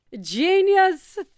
Genius